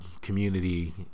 community